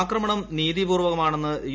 ആക്രമണം നീതിപൂർവകമാണെന്ന് യു